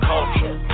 Culture